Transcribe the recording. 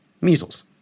measles